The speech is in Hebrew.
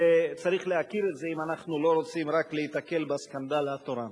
וצריך להכיר את זה אם אנחנו לא רוצים רק להיתקל בסקנדל התורן.